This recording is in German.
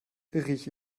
rieche